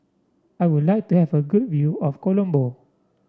I would like to have a good view of Colombo